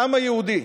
העם היהודי,